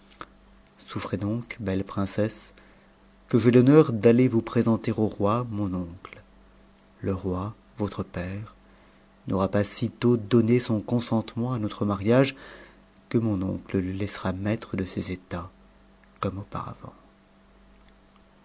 souffrez donc belle princesse que j'aie l'honneur d'aller vous présenter au roi mon oncle le roi votre père n'aura pas sitôt donne son consentement à notre mariage que mon oncle le laissera maître p ses états comme auparavant